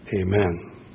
Amen